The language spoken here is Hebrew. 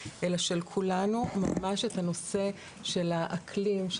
אלא של כולנו ממש את הנושא של האקלים,